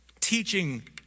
teaching